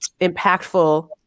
impactful